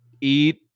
eat